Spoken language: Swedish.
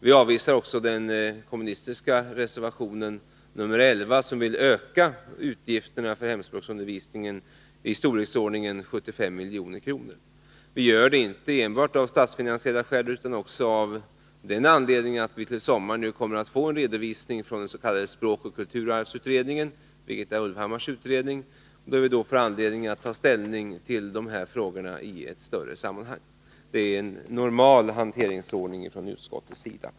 Vi avvisar också den kommunistiska reservationen nr 11, där man vill öka utgifterna för hemspråksundervisningen i storleksordningen 75 milj.kr. Vi gör det inte enbart av statsfinansiella skäl utan också av den anledningen att vi nu till sommaren kommer att få en redovisning från den s.k. språkoch kulturarvsutredningen, Birgitta Ulvhammars utredning. Vi får då anledning att ta ställning till dessa frågor i ett större sammanhang. Det är normal hanteringsordning från utskottets sida.